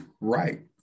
Right